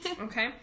okay